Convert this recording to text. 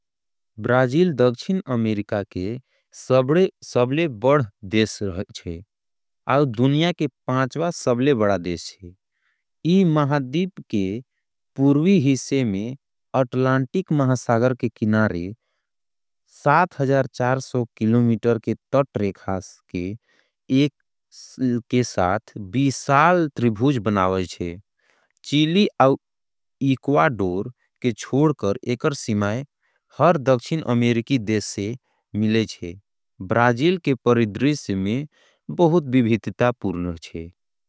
ब्राजील दक्षिण अफ्रीका के सबसे बड़े देश रहल छे। और दुनिया के पांचवां बड़ा महाद्वीप छे। ये महाद्वीप के पूर्वी हिस्से में अटलांटिक महासागर। के साठ हजार चार सौ तट रेखा के त्रिभूज आकर बनवाल रहल छे। ये चिली और एक्वाडोर के छोड़ कर। हर दक्षिण अमेरिका के देश से मिलेल रहे छे। ब्राजील के पारदर्शिता बहुत विविधता पूर्ण छे।